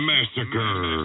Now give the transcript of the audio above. Massacre